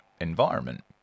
environment